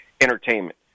entertainment